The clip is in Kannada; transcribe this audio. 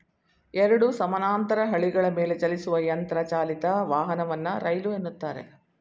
ಎರಡು ಸಮಾನಾಂತರ ಹಳಿಗಳ ಮೇಲೆಚಲಿಸುವ ಯಂತ್ರ ಚಾಲಿತ ವಾಹನವನ್ನ ರೈಲು ಎನ್ನುತ್ತಾರೆ